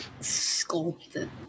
Sculpted